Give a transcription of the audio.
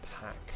pack